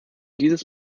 dieses